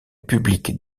public